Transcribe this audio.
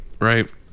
right